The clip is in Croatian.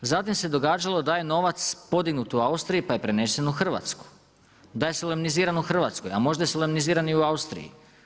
Zatim se događalo da je novac podignut u Austriji pa je prenesen u Hrvatsku, da je solemniziran u Hrvatskoj, a možda je solemniziran i u Austriji.